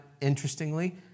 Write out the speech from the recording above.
interestingly